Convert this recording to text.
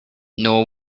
nor